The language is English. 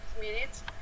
minutes